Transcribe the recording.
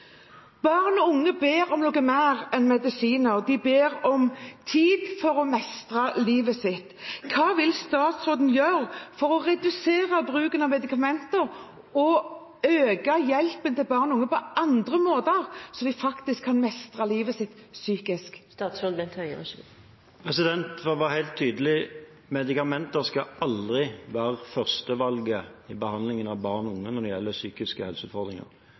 Barn og unge ber om noe mer enn medisiner – de ber om tid for å mestre livet sitt. Hva vil statsråden gjøre for å redusere bruken av medikamenter og øke hjelpen til barn og unge på andre måter, slik at de kan mestre livet sitt psykisk? La meg være helt tydelig: Medikamenter skal aldri være førstevalget i behandlingen av barn og unge med psykiske helseutfordringer. Det